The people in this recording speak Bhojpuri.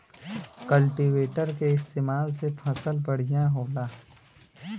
कल्टीवेटर के इस्तेमाल से फसल बढ़िया होला